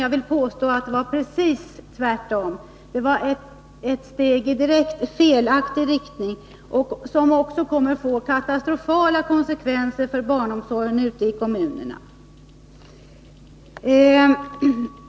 Jag vill påstå att det var precis tvärtom — det var ett steg i direkt felaktig riktning, som också kommer att få katastrofala konsekvenser för barnomsorgen ute i kommunerna.